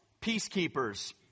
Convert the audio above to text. Peacekeepers